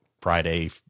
Friday